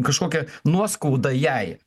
kažkokią nuoskaudą jai